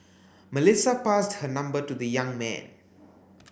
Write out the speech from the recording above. Melissa passed her number to the young man